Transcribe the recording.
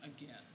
again